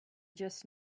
just